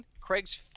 Craig's